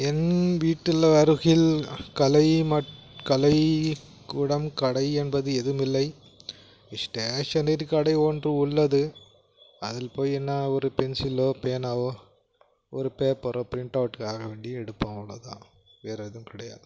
என் வீட்டில் அருகில் கலை மட் கலைக் கூடம் கடை என்பது எதுவுமில்லை ஷ்டேஷனரி கடை ஒன்று உள்ளது அதில் போய் என்ன ஒரு பென்சிலோ பேனாவோ ஒரு பேப்பரோ ப்ரிண்ட் அவுட்டுக்காக வேண்டி எடுப்போம் அவ்வளோ தான் வேறு எதுவும் கிடையாது